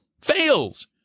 fails